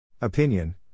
Opinion